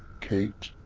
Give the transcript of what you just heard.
kate.